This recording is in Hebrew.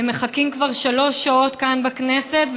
הם מחכים כבר שלוש שעות כאן בכנסת.